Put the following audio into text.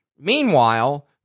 Meanwhile